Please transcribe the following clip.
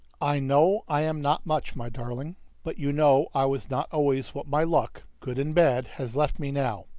i know i am not much, my darling but you know i was not always what my luck, good and bad, has left me now,